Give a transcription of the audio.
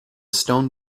stone